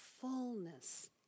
fullness